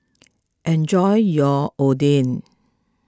enjoy your Oden